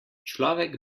človek